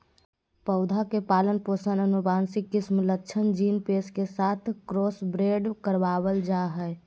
पौधा के पालन पोषण आनुवंशिक किस्म लक्षण जीन पेश के साथ क्रॉसब्रेड करबाल जा हइ